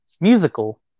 musical